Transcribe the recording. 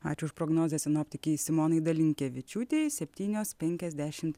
ačiū už prognozes sinoptikei simonai dalinkevičiūtei septynios penkiasdešimt